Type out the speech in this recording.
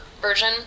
version